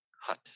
hut